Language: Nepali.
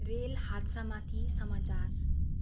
रेल हादसामाथि समाचार